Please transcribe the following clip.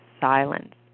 silence